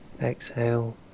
exhale